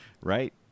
right